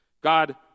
God